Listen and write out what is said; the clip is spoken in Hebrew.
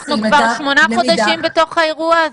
אנחנו כבר שמונה חודשים בתוך האירוע הזה.